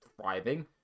thriving